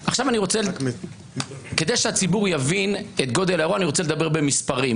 כדי שהציבור יבין את גודל האירוע אני רוצה לדבר במספרים,